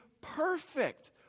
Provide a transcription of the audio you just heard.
perfect